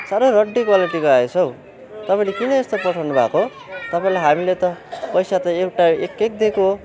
साह्रै रड्डी क्वालिटीको आएछ हौ तपाईँले किन यस्तो पठाउनु भएको तपाईँलाई हामीले त पैसा त एउटा एकएक दिएको हो